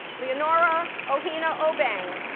leonora ohene-obeng,